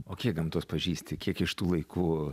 o kiek gamtos pažįsti kiek iš tų laikų